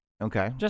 Okay